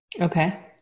Okay